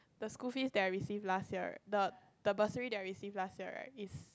the school fees that I receive last year right the the bursary that I receive last year right right is